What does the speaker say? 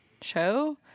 show